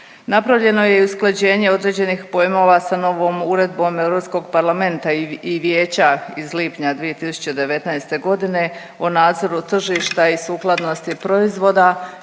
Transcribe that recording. Napravljeno je i usklađenje određenih pojmova sa novom Uredbom Europskog parlamenta i vijeća iz lipnja 2019. godine o nadzoru tržišta i sukladnosti proizvoda